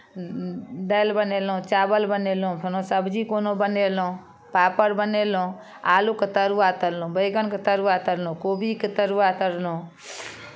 दालि बनेलहुँ चावल बनेलहुँ कोनो सब्जी कोनो बनेलहुँ पापड़ बनेलहुँ आलूके तरुआ तरलहुँ बैगनके तरुआ तरलहुँ कोबी के तरुआ तरलहुँ